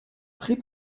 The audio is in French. prix